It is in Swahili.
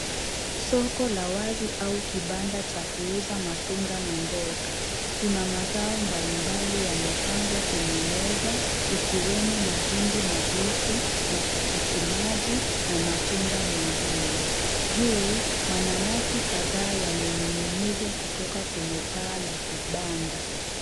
Soko la wazi au kibanda cha kuuza matunda na mboga. Kuna mazao mbalimbali yamepangwa kwenye meza ikiwemo mahindi mabichi, matikiti maji na matunda mengine. Juu mananasi kadhaa yamening'izwa kutoka kwenye paa la kibanda.